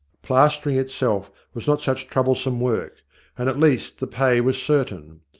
plastering itself was not such trouble some work and at least the pay was certain.